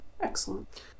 Excellent